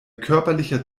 körperlicher